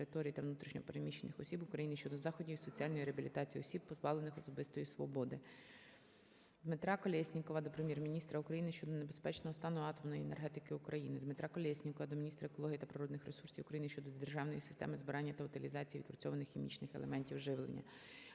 Дмитра Колєснікова до Прем'єр-міністра України щодо небезпечного стану атомної енергетики України. Дмитра Колєснікова до Міністра екології та природних ресурсів України щодо державної системи збирання та утилізації відпрацьованих хімічних елементів живлення.